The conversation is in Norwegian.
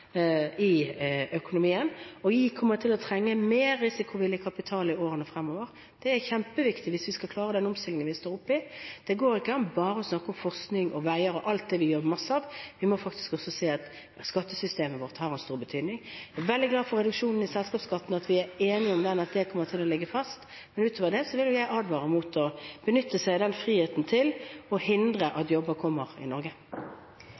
i økonomien. Og vi kommer til å trenge mer risikovillig kapital i årene fremover. Det er kjempeviktig, hvis vi skal klare den omstillingen vi står oppe i. Det går ikke an bare å snakke om forskning og veier og alt det vi gjør masse av; vi må faktisk også se at skattesystemet vårt har en stor betydning. Jeg er veldig glad for reduksjonen i selskapsskatten og at vi er enige om den, og at den kommer til å ligge fast. Men utover det vil jeg advare mot å benytte seg av den friheten til å hindre at jobber kommer i Norge.